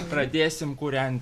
pradėsim kūrent